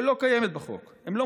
שלא קיימת בחוק.